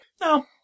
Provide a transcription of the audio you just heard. No